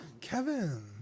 Kevin